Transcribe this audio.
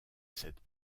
cette